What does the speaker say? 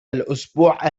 الأسبوع